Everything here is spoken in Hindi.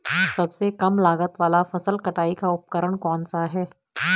सबसे कम लागत वाला फसल कटाई का उपकरण कौन सा है?